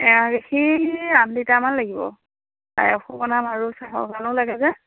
এঞা গাখীৰ আঠলিটাৰমান লাগিব পায়সো বনাম আৰু চাহৰ কাৰণেও লাগে যে